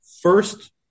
first